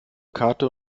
karte